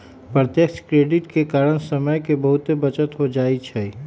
प्रत्यक्ष क्रेडिट के कारण समय के बहुते बचत हो जाइ छइ